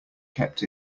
kept